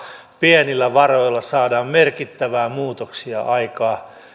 pienillä varoilla saadaan merkittäviä muutoksia aikaan